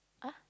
!huh!